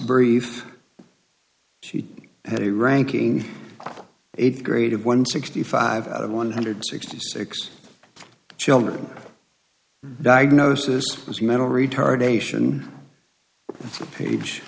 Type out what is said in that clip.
brief she had a ranking eighth grade of one sixty five out of one hundred sixty six children diagnosis was mental retardation page